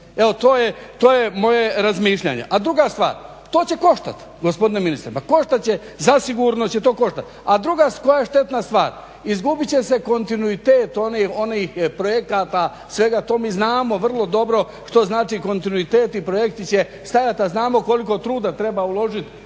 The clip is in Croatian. evo to je moje razmišljanje. A druga stvar, to će koštati gospodine ministre, ma koštat će, zasigurno će to koštati. A druga koja je štetna stvar, izgubit će se kontinuitet onih projekata svega, to mi znamo vrlo dobro što znači kontinuitet i projekti će stajati, a znamo koliko truda treba uložiti